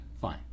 Fine